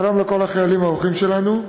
שלום לכל החיילים האורחים שלנו,